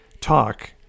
talk